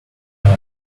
hour